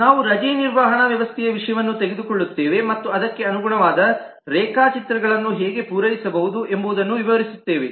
ನಾವು ರಜೆ ನಿರ್ವಹಣಾ ವ್ಯವಸ್ಥೆಯ ವಿಷಯವನ್ನು ತೆಗೆದುಕೊಳ್ಳುತ್ತೇವೆ ಮತ್ತು ಅದಕ್ಕೆ ಅನುಗುಣವಾದ ರೇಖಾಚಿತ್ರಗಳನ್ನು ಹೇಗೆ ಪೂರೈಸಬಹುದು ಎಂಬುದನ್ನು ವಿವರಿಸುತ್ತೇವೆ